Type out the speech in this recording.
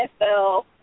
NFL